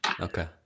Okay